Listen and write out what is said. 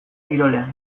kirolean